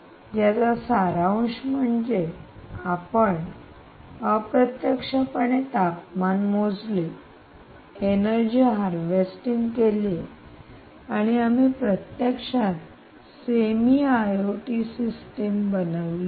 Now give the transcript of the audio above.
ज्याचा सारांश म्हणजे आम्ही अप्रत्यक्षपणे तापमान मोजले एनर्जी हार्वेस्टिंग केले आणि आम्ही प्रत्यक्षात सेमी आयओटी सिस्टम बनवली आहे